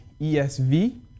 ESV